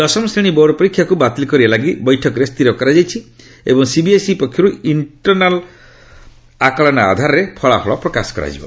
ଦଶମ ଶ୍ରେଣୀ ବୋର୍ଡ ପରୀକ୍ଷାକୁ ବାତିଲ କରିବା ଲାଗି ବୈଠକରେ ସ୍ଥିର କରାଯାଇଛି ଏବଂ ସିବିଏସ୍ଇ ପକ୍ଷର୍ ଇଷ୍ଟର୍ନାଲ୍ ଆକଳନ ଆଧାରରେ ଫଳାଫଳ ପ୍ରକାଶ କରାଯିବ